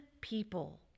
people